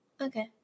Okay